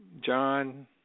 John